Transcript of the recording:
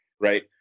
Right